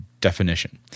definition